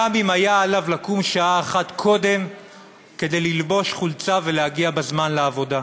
גם אם היה עליו לקום שעה אחת קודם כדי ללבוש חולצה ולהגיע בזמן לעבודה.